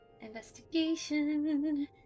investigation